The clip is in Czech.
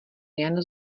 jen